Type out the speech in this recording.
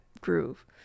groove